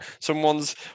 someone's